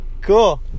cool